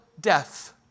death